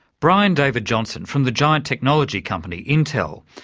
brian david johnson, from the giant technology company, intel.